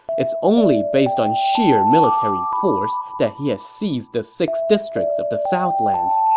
it's only based on sheer military force that he has seized the six districts of the southlands,